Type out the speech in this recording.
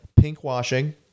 Pinkwashing